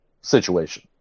situation